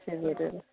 ചെയ്തു തരുമല്ലേ